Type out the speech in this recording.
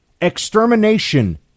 extermination